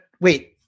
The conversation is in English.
wait